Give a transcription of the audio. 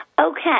okay